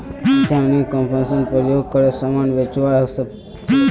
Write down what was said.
किसान e commerce प्रयोग करे समान बेचवा सकछे